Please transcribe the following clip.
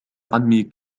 عمي